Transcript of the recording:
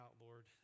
Lord